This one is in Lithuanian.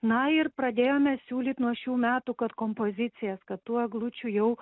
na ir pradėjome siūlyt nuo šių metų kad kompozicijas kad tų eglučių jau